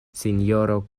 sinjoro